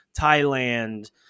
Thailand